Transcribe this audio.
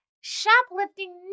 shoplifting